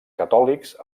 catòlics